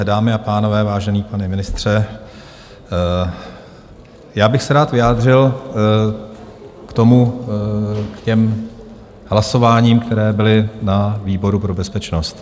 Dámy a pánové, vážený pane ministře, já bych se rád vyjádřil k hlasováním, která byla na výboru pro bezpečnost.